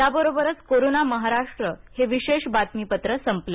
याबरोबरच कोरोना महाराष्ट्र हे विशेष बातमीपत्र संपलं